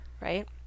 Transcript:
right